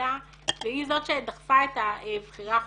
בקהילה והיא זאת שדחפה את הבחירה החופשית.